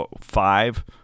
five